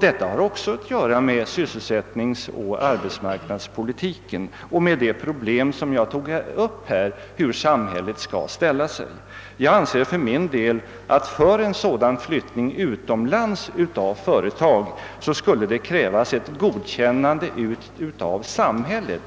Detta har också att göra med vår sysselsättningsoch arbetsmarknadspolitik och med den fråga som jag här har tagit upp, alltså hur samhället skall ställa sig. För min del anser jag att för en förflyttning utomlands av ett svenskt företag skall krävas godkännande av samhället.